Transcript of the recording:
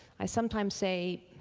i sometimes say